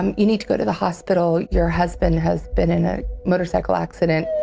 you need to go to the hospital, your husband has been in a motorcycle accident.